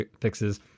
fixes